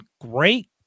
great